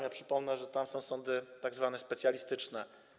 Ja przypomnę, że tam są sądy tzw. specjalistyczne.